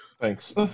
Thanks